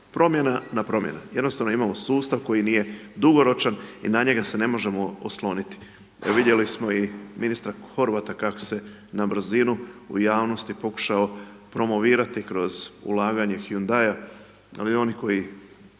Promjena na promjene. Jednostavno imamo sustav koji nije dugoročan i na njega se ne možemo osloniti. Vidjeli smo i ministra Horvata kako se na brzinu u javnosti pokušao promovirati kroz ulaganja Hyundaia, ali oni koji